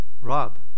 Rob